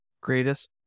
Greatest